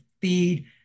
feed